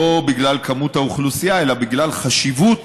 לא בגלל כמות האוכלוסייה אלא בגלל החשיבות